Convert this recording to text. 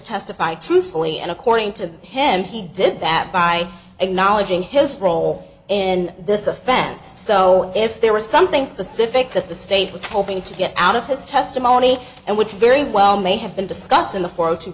testify truthfully and according to him he did that by acknowledging his role in this offense so if there was something specific that the state was hoping to get out of his testimony and which very well may have been discussed in the four zero two